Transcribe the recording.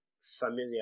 familiar